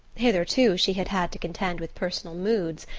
hitherto she had had to contend with personal moods,